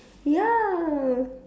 ya